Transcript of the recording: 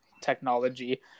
technology